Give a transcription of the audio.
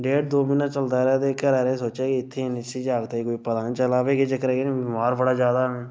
डेढ दो म्हीना चलदा रेआ ते घरै आह्लें सोचेआ के इत्थै इस्सी जागतै गी कोई पता नेईं चलै दा कि भई केह् चक्कर जागतै गी बमार बड़ा जैदा ऐ